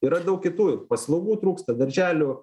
yra daug kitų paslaugų trūksta darželių